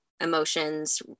emotions